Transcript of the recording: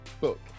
book